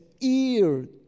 ear